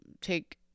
take